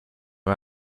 are